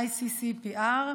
ICCPR,